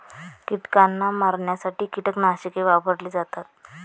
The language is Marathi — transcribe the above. कीटकांना मारण्यासाठी कीटकनाशके वापरली जातात